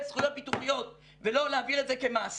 זכויות ביטוחיות ולא להעביר את זה כמס.